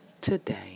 today